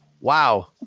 Wow